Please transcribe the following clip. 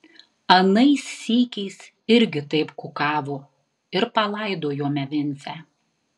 anais sykiais irgi taip kukavo ir palaidojome vincę